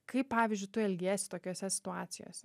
kaip pavyzdžiui tu elgiesi tokiose situacijose